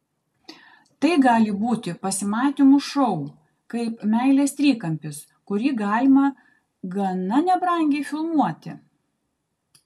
tai gali būti pasimatymų šou kaip meilės trikampis kurį galima gana nebrangiai filmuoti